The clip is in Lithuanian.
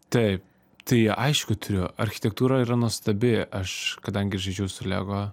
taip tai aišku turiu architektūra yra nuostabi aš kadangi žaidžiau su lego